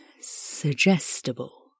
suggestible